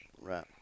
Right